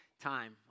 time